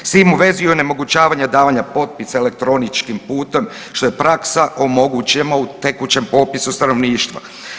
S tim u vezi onemogućavanja davanja potpisa elektroničkim putem, što je praksa omogućena u tekućem popisu stanovništva.